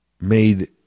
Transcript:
made